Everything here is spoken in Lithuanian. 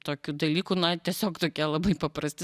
tokių dalykų na tiesiog tokie labai paprasti